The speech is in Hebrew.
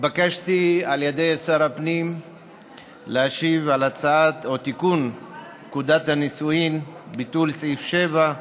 התבקשתי על ידי שר הפנים להשיב על תיקון פקודת הנישואין (ביטול סעיף 7),